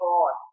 God